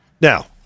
Now